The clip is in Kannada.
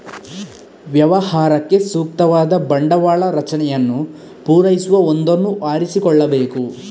ವ್ಯವಹಾರಕ್ಕೆ ಸೂಕ್ತವಾದ ಬಂಡವಾಳ ರಚನೆಯನ್ನು ಪೂರೈಸುವ ಒಂದನ್ನು ಆರಿಸಿಕೊಳ್ಳಬೇಕು